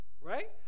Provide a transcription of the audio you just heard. right